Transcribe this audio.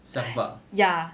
想法